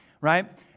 right